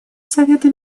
совета